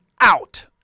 out